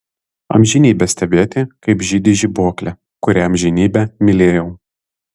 amžinybę stebėti kaip žydi žibuoklė kurią amžinybę mylėjau